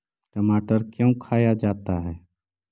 टमाटर क्यों खाया जाता है?